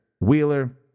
Wheeler